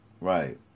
Right